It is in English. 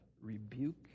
rebuke